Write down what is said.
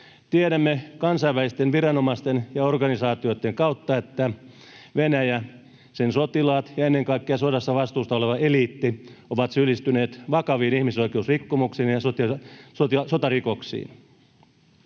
Tiedämme kansainvälisten viranomaisten ja organisaatioitten kautta, että Venäjä, sen sotilaat ja ennen kaikkea sodasta vastuussa oleva eliitti ovat syyllistyneet vakaviin ihmisoikeusrikkomuksiin ja sotarikoksiin.